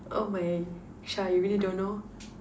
oh my Shah you really don't know